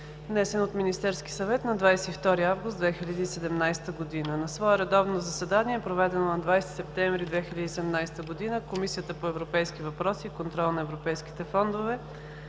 внесен от Министерски съвет на 22 август 2017 г. На свое редовно заседание, проведено на 20 септември 2017 г., Комисията по европейските въпроси и контрол на европейските фондове